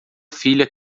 filha